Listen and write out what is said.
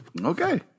okay